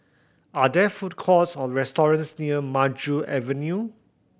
are there food courts or restaurants near Maju Avenue